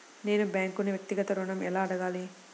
నేను బ్యాంక్ను వ్యక్తిగత ఋణం ఎలా అడగాలి?